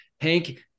hank